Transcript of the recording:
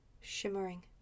shimmering